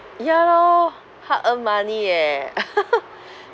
ya lor hard earned money eh